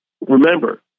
remember